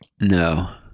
No